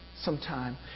sometime